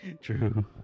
True